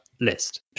list